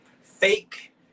fake